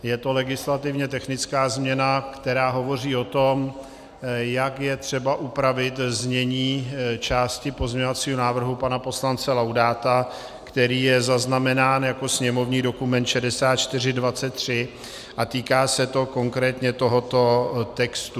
Je to legislativně technická změna, která hovoří o tom, jak je třeba upravit znění části pozměňovacího návrhu pana poslance Laudáta, který je zaznamenán jako sněmovní dokument 6423, a týká se to konkrétně tohoto textu.